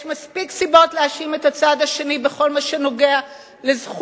יש מספיק סיבות להאשים את הצד השני בכל מה שנוגע לזכויות,